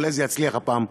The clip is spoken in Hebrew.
אולי זה יצליח הפעם.